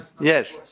Yes